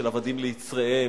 של עבדים ליצריהם,